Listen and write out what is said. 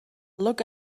look